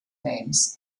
names